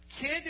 kid